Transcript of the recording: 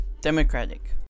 democratic